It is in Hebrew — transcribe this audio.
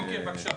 אוקיי, בבקשה.